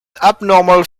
abnormal